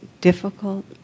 difficult